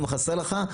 אם חסר לך,